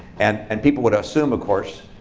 and and people would assume, of course,